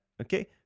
okay